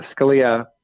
Scalia